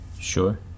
Sure